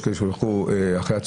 יש כאלה שילכו אחרי הצוהריים.